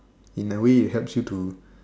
in a way it helps you to